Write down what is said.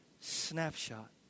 snapshot